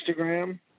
Instagram